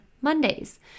Mondays